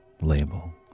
label